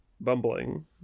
bumbling